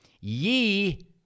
Ye